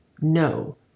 No